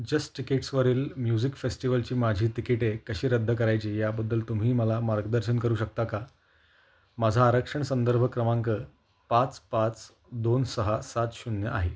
just तिकीट्सवरील music फेस्टिवलची माझी तिकिटे कशी रद्द करायची याबद्दल तुम्ही मला मार्गदर्शन करू शकता का माझा आरक्षण संदर्भ क्रमांक पाच पाच दोन सहा सात शून्य आहे